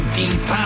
deep